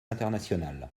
international